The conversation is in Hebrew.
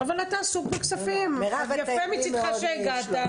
אבל אתה עסוק בכספים, יפה מצדך שהגעת.